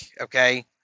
Okay